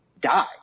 die